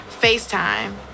FaceTime